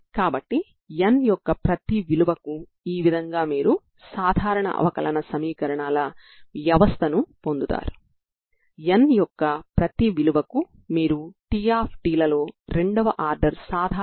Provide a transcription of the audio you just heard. కాబట్టి ప్రతి n కు నేను ఒక సాధారణ అవకలన సమీకరణం Tnt2n1224L2c2Tnt0 ని కలిగి ఉంటాను సరేనా